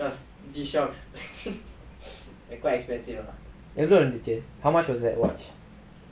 எவ்ளோ வந்துச்சு:evlo vanthuchu how much was that watch